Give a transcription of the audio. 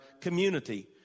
community